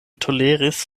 toleris